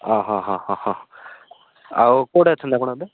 ହଁ ହଁ ହଁ ହଁ ହଁ ଆଉ କେଉଁଠି ଅଛନ୍ତି ଆପଣ ଏବେ